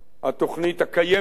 התוכנית הקיימת,